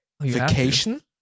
vacation